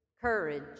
Courage